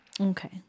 Okay